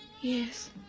Yes